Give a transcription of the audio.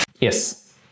Yes